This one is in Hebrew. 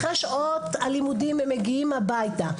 אחרי שעות הלימודים הם מגיעים הביתה.